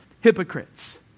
hypocrites